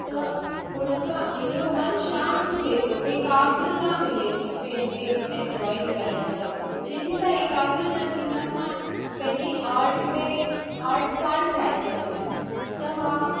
त हुन सां हिकिड़ो मनु शांत थिए थो एकाग्रता मिले थी पेंटिंग ऐं ड्रॉइंग करण सां जेसीं तव्हां एकाग्रह न थींदा तव्हां पंहिंजी आर्ट में आर्ट कान ठाहे सघंदा त हा